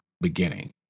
beginning